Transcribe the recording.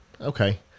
okay